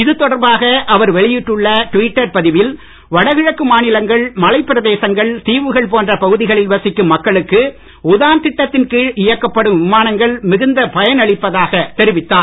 இது தொடர்பாக அவர் வெளியிட்டுள்ள டிவிட்டர் பதிவில் வடகிழக்கு மாநிலங்கள் மலைபிரதேசங்கள் தீவுகள் போன்ற பகுதிகளில் வசிக்கும் மக்களுக்கு உதான் திட்டத்தின்கீழ் இயக்கப்படும் விமானங்கள் மிகுந்த பயனளிப்பதாக தெரிவித்தார்